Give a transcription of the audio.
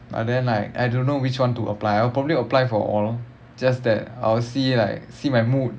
but then like I don't know which [one] to apply I will probably apply for all just that I'll see like see my mood